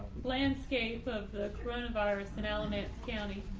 landscape of the coronavirus in alamance county.